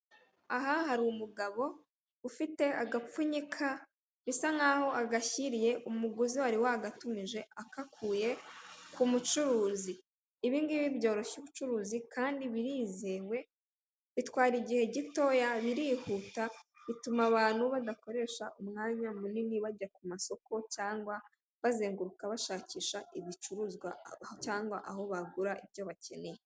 Aha hari umugabo ufite agapfunyika asa nk'aho agashyiriye umuguzi wari wagatumije agakuye ku mucuruzi, ibingibi byoroshya ubucuruzi Kandi birizewe bitwara igihe gitoya, birihuta, bituma abantu badakoresha umwanya munini bajya ku masoko cyangwa bazenguruka bashakisha ibicuruzwa cyangwa aho bagura ibyo bakeneye.